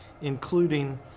including